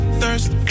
thirst